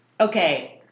okay